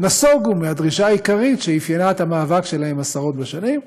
נסוגו מהדרישה העיקרית שאפיינה את המאבק שלהן עשרות בשנים,